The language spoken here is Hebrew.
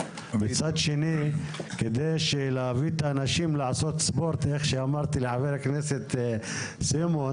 מצד שני כדי שלהביא את האנשים לעשות ספורט איך שאמרתי לחבר הכנסת סימון,